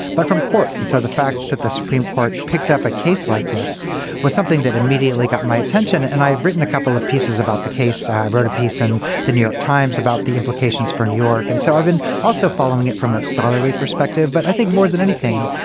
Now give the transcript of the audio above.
but from courts. and so the fact that the supreme court picked up a case like this was something that immediately got my attention. and i've written a couple of pieces about the case. i wrote a piece in and the new york times about the implications for new york. and so i've been also following it from a scholarly perspective. but i think more than anything,